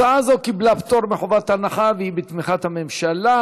הצעה זו קיבלה פטור מחובת הנחה והיא בתמיכת הממשלה.